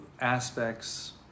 aspects